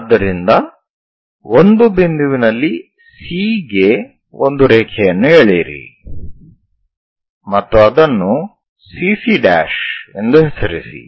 ಆದ್ದರಿಂದ ಒಂದು ಬಿಂದುವಿನಲ್ಲಿ C ಗೆ ಒಂದು ರೇಖೆಯನ್ನು ಎಳೆಯಿರಿ ಮತ್ತು ಅದನ್ನು CC' ಎಂದು ಹೆಸರಿಸಿ